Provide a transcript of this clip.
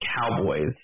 Cowboys